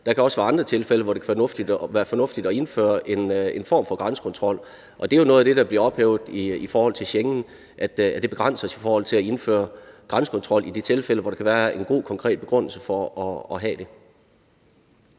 Der kan også være andre tilfælde, hvor det kan være fornuftigt at indføre en form for grænsekontrol, og det er jo noget af det, der bliver ophævet af Schengen, som begrænser os i forhold til at indføre grænsekontrol i de tilfælde, hvor der kan være en god konkret begrundelse for at have det.